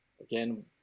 again